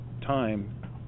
time